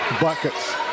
buckets